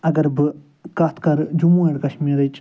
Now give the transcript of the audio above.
اگر بہٕ کتھ کَرٕ جموں اینٚڈ کَشمیٖرٕچۍ